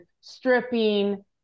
stripping